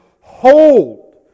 hold